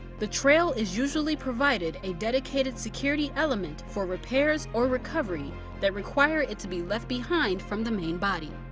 the trail is usually provided a dedicated security element for repairs or recovery that require it to be left behind from the main body.